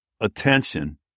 attention